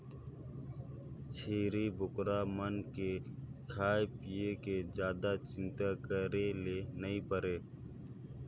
छेरी बोकरा मन के खाए पिए के जादा चिंता करे ले नइ परे